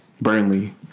Burnley